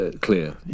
clear